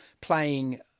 playing